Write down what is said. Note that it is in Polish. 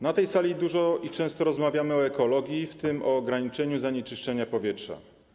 Na tej sali dużo i często rozmawiamy o ekologii, w tym o ograniczeniu zanieczyszczenia powietrza.